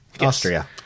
Austria